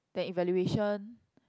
then evaluation